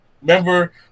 remember